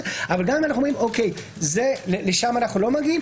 אבל גם אם אנחנו אומרים שלשם אנחנו לא מגיעים,